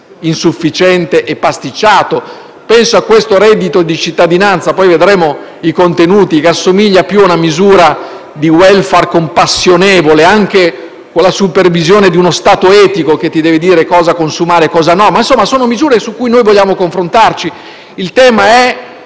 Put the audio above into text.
insufficiente e pasticciato, e al reddito di cittadinanza (di cui poi vedremo i contenuti), che assomiglia più a una misura di *welfare* compassionevole, anche con la supervisione di uno Stato etico che deve dire cosa consumare e cosa no. Insomma, sono misure su cui noi vogliamo confrontarci. Il tema è